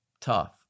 tough